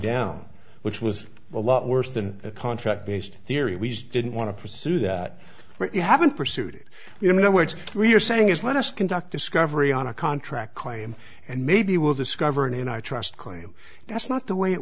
down which was a lot worse than a contract based theory we just didn't want to pursue that you haven't pursued you know words we're saying is let us conduct discovery on a contract claim and maybe we'll discover and in our trust claim that's not the way it